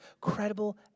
credible